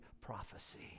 prophecy